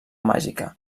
màgica